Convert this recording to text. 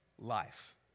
life